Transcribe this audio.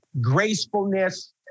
gracefulness